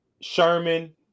Sherman